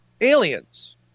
Aliens